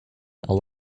all